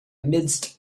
amidst